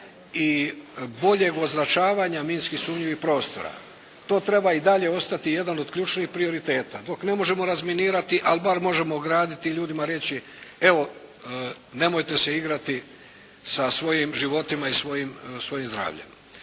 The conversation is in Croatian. i boljeg označavanja minski sumnjivih prostora. To treba i dalje ostati jedan od ključnih prioriteta. Dok ne može razminirati bar možemo ograditi i ljudima reći evo nemojte se igrati sa svojim životima i svojim zdravljem.